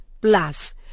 plus